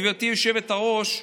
גברתי היושבת-ראש,